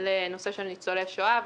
לניצולי שואה.